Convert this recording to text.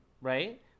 right